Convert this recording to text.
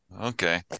okay